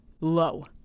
low